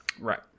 Right